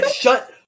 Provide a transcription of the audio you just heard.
shut